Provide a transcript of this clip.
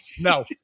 No